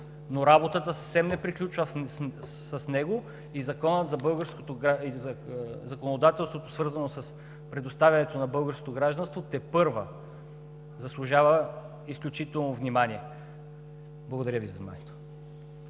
но работата съвсем не приключва с него и законодателството, свързано с предоставянето на българско гражданство, тепърва заслужава изключително внимание. Благодаря Ви за вниманието.